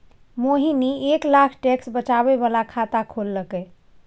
मोहिनी एक लाख टैक्स बचाबै बला खाता खोललकै